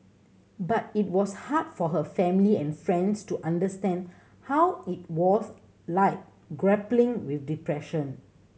but it was hard for her family and friends to understand how it was like grappling with depression